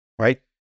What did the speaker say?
right